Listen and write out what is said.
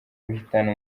uhitana